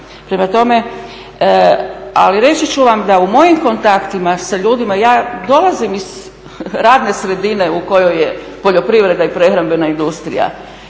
Prema tome, ali reći ću vam da u mojim kontaktima sa ljudima, ja dolazim iz radne sredine u kojoj je poljoprivreda i prehrambena industrija